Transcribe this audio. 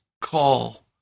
call